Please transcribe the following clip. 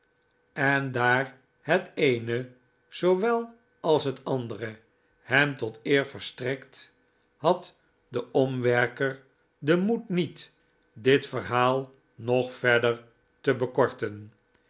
en daar het eene zoowel als het andere hem tot eer verstrekt had de omwerjozef grimaldi ker den moed met dit verhaal nog verder te bekorten